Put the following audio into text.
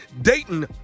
Dayton